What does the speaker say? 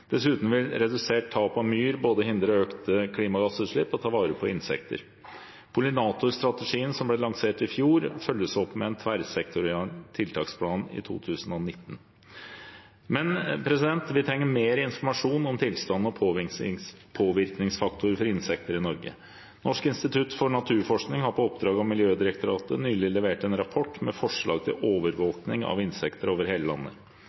Dessuten vil redusert tap av myr både hindre økte klimagassutslipp og ta vare på insekter. Pollinatorstrategien som ble lansert i fjor, følges opp med en tverrsektoriell tiltaksplan i 2019. Men vi trenger mer informasjon om tilstanden og påvirkningsfaktorer for insekter i Norge. Norsk institutt for naturforskning har på oppdrag av Miljødirektoratet nylig levert en rapport med forslag til overvåkning av insekter over hele landet.